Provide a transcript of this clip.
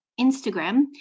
Instagram